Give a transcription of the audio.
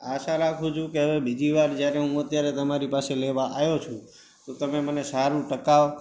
આશા રાખું છું કે હવે બીજીવાર જ્યારે હું અત્યારે તમારી પાસે લેવા આવ્યો છું તો તમે મને સારું ટકાઉ